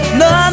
no